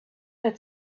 had